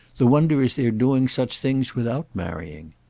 the wonder is their doing such things without marrying.